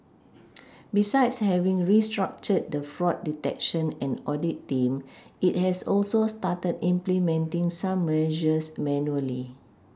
besides having restructured the fraud detection and audit team it has also started implementing some measures manually